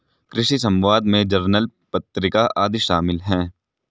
कृषि समवाद में जर्नल पत्रिका आदि शामिल हैं